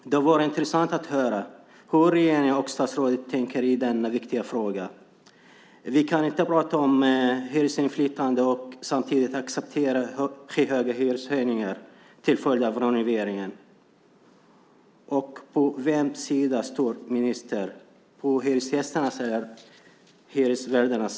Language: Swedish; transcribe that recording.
Det vore intressant att höra hur regeringen och statsrådet tänker i denna viktiga fråga. Vi kan inte prata om hyresgästinflytande och samtidigt acceptera skyhöga hyreshöjningar till följd av renovering. På vems sida står ministern, på hyresgästernas eller hyresvärdarnas?